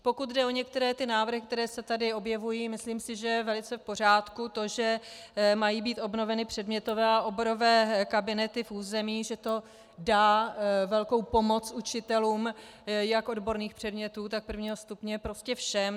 Pokud jde o některé ty návrhy, které se tady objevují, myslím si, že je velice v pořádku to, že mají být obnoveny předmětové a oborové kabinety v území, že to dá velkou pomoc učitelům jak odborných předmětů, tak prvního stupně, prostě všem.